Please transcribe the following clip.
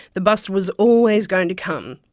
the bust was always going to come.